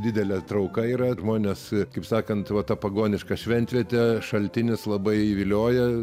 didelė trauka yra žmonės kaip sakant va ta pagoniška šventvietė šaltinis labai vilioja